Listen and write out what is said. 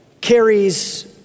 carries